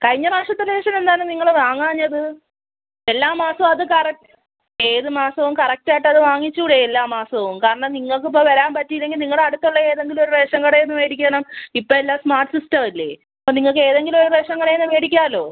കഴിഞ്ഞ പ്രാവശ്യത്തെ റേഷൻ എന്താണ് നിങ്ങൾ വാങ്ങാഞ്ഞത് എല്ലാ മാസവും അത് കറക്റ്റ് ഏത് മാസവും കറക്റ്റ് ആയിട്ട് അത് വാങ്ങിച്ചുകൂടേ എല്ലാ മാസവും കാരണം നിങ്ങൾക്ക് ഇപ്പോൾ വരാൻ പറ്റിയില്ലെങ്കിൽ നിങ്ങൾ അടുത്തുള്ള ഏതെങ്കിലും ഒരു റേഷൻ കടയിൽനിന്ന് വേടിക്കണം ഇപ്പോൾ എല്ലാം സ്മാർട്ട് സിസ്റ്റം അല്ലേ അപ്പം നിങ്ങൾക്ക് ഏതെങ്കിലും ഒരു റേഷൻ കടയിൽനിന്ന് വേടിക്കാമല്ലോ